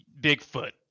Bigfoot